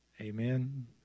Amen